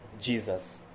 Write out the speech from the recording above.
Jesus